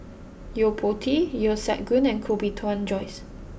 Yo Po Tee Yeo Siak Goon and Koh Bee Tuan Joyce